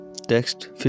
Text